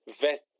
vet